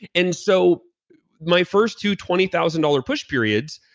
and so my first two twenty thousand dollars push periods,